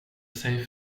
sig